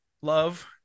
love